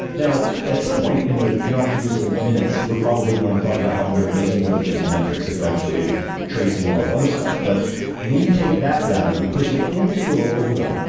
now at some point in the not-too-distant minutes, we're probably going to talk about how veneur does more than just metrics it can actually do tracing and a lot of other stuff but we take that data, we push it into the local veneur,